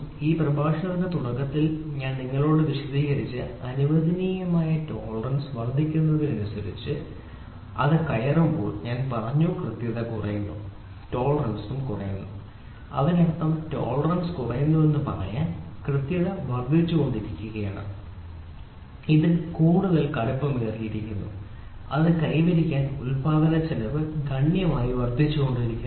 ഈ പ്രഭാഷണത്തിന്റെ തുടക്കത്തിൽ ഞാൻ നിങ്ങളോട് വിശദീകരിച്ച അനുവദനീയമായ ടോളറൻസ് വർദ്ധിക്കുന്നതിനനുസരിച്ച് അനുവദനീയമായ ടോളറൻസ് കുറയുമ്പോൾ ഞാൻ പറഞ്ഞ കൃത്യത കുറയുന്നു ടോളറൻസ് കുറയുന്നു അതിനർത്ഥം ടോളറൻസ് കുറയുന്നുവെന്ന് പറയാൻ കൃത്യത വർദ്ധിച്ചുകൊണ്ടിരിക്കുകയാണ് ഇത് കൂടുതൽ കടുപ്പമേറിയതായിത്തീരുന്നു അത് കൈവരിക്കാൻ ഉൽപാദനച്ചെലവ് ഗണ്യമായി വർദ്ധിച്ചുകൊണ്ടിരിക്കുന്നു